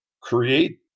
create